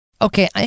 Okay